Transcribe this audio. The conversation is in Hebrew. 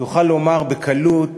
יוכל לומר בקלות,